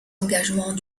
engagements